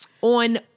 On